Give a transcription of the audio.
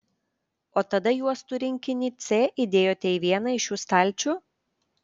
o tada juostų rinkinį c įdėjote į vieną iš šių stalčių